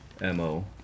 MO